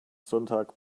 sonntag